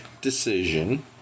decision